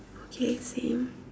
okay same